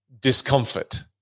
discomfort